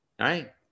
right